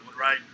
right